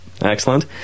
Excellent